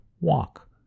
Walk